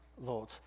Lord